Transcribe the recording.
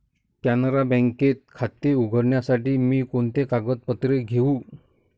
कॅनरा बँकेत खाते उघडण्यासाठी मी कोणती कागदपत्रे घेऊ?